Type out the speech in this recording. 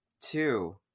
two